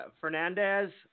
Fernandez